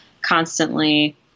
constantly